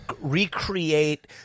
recreate